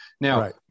Now